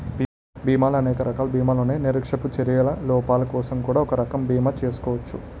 బీమాలో అనేక రకాల బీమాలున్నాయి నిర్లక్ష్యపు చర్యల లోపాలకోసం కూడా ఒక రకం బీమా చేసుకోచ్చు